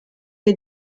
les